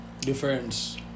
Difference